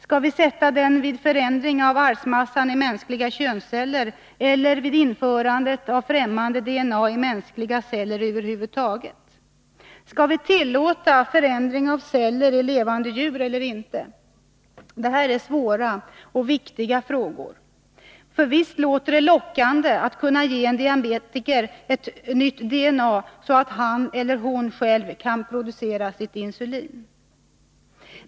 Skall vi sätta den vid förändring av arvsmassan i mänskliga könsceller eller vid införandet av främmande DNA i mänskliga celler över huvud taget? Skall vi tillåta förändring av celler i levande djur eller inte? Det här är svåra och viktiga frågor. Visst låter det ju lockande att kunna ge en diabetiker nytt DNA, så att hon eller han själv kan producera sitt insulin.